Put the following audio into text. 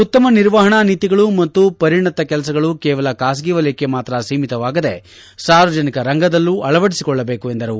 ಉತ್ತಮ ನಿರ್ವಹಣಾ ನೀತಿಗಳು ಮತ್ತು ಪರಿಣತಿ ಕೆಲಸಗಳು ಕೇವಲ ಬಾಸಗಿ ವಲಯಕ್ಕೆ ಮಾತ್ರ ಸೀಮಿತವಾಗದೆ ಸಾರ್ವಜನಿಕ ರಂಗದಲ್ಲೂ ಅಳವಡಿಸಿಕೊಳ್ಳಬೇಕು ಎಂದರು